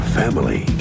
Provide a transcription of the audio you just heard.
family